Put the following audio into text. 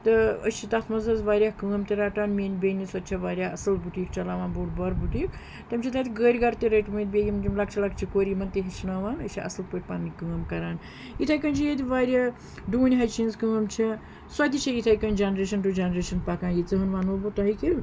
تہٕ أسۍ چھِ تَتھ منٛز حظ واریاہ کٲم تہِ رَٹان میٲنۍ بیٚنہِ سۄ تہِ چھِ واریاہ اَصٕل بُٹیٖک چَلاوان بوٚڑ بار بُٹیٖک تم چھِ تَتہِ گٲڑۍ گَرٕ تہِ رٔٹۍ مٕتۍ بیٚیہِ یِم لَکچہِ لَکچہِ کورِ یِمَن تہِ ہیٚچھناوان أسۍ چھِ اَصٕل پٲۍ پَنٕنۍ کٲم کَران یِتھَے کٔنۍ چھِ ییٚتہِ واریاہ ڈوٗنۍ ہَچہِ ہِنٛز کٲم سۄ تہِ چھِ یِتھَے کٔنۍ جَنریشَن ٹُو جَنریشَن پَکان ییٖژٕہن وَنو بہٕ تۄہہِ کہِ